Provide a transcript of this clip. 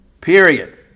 Period